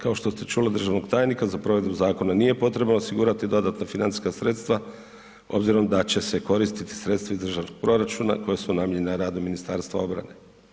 Kao što ste čuli državnog tajnika za provedbu zakona nije potrebno osigurati dodatna financijska sredstva, obzirom da će se koristiti sredstva iz državnog proračuna koja su namijenjena radu Ministarstva obrane.